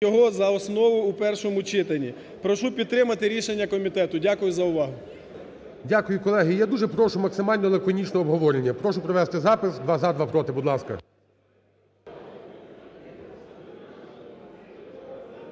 його за основу у першому читанні. Прошу підтримати рішення комітету. Дякую за увагу. ГОЛОВУЮЧИЙ. Дякую. Колеги, я дуже прошу: максимально лаконічне обговорення. Прошу провести запис: два – за, два – проти, будь ласка. Рибак,